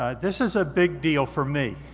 ah this is a big deal for me.